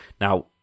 now